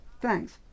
thanks